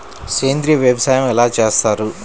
సేంద్రీయ వ్యవసాయం ఎలా చేస్తారు?